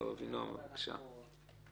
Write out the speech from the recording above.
אבינועם, משרד המשפטים.